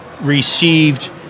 received